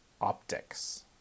optics